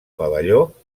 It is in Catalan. pavelló